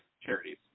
charities